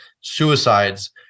suicides